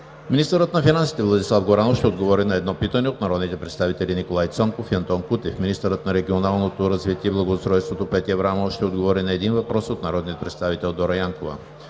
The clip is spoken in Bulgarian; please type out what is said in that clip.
Министърът на финансите Владислав Горанов ще отговори на едно питане от народните представители Николай Цонков и Антон Кутев. 3. Министърът на регионалното развитие и благоустройството Петя Аврамова ще отговори на един въпрос от народния представител Дора Янкова.